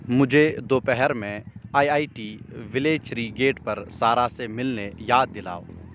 مجھے دوپہر میں I I T Velachery gate پر سارہ سے ملنے یاد دلاؤ